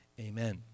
Amen